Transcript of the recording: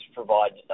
provide